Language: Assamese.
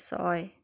ছয়